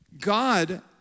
God